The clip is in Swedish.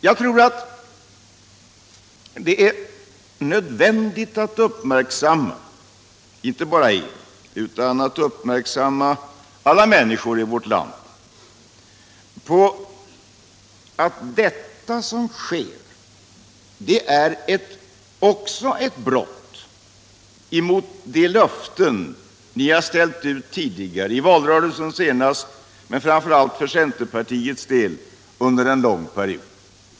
Jag tror att det är nödvändigt att uppmärksamma inte bara er utan alla människor i vårt land på att det som sker är ett brott mot de löften ni har ställt ut tidigare, senast i valrörelsen, men framför allt för centerpartiets del under en lång period.